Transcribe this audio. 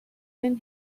been